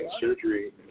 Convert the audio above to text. Surgery